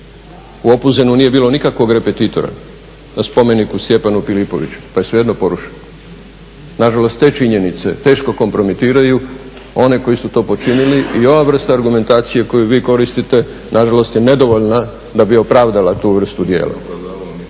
U Opuzenu nije bilo nikakvog repetitora na spomeniku Stjepanu Pilipoviću pa je svejedno porušen. Na žalost te činjenice teško kompromitiraju one koji su to počinili i ova vrst argumentacije koju vi koristite na žalost je nedovoljna da bi opravdala tu vrstu djela.